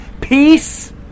Peace